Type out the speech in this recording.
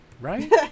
right